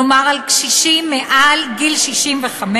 כלומר על קשישים מעל גיל 65,